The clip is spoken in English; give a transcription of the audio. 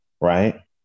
right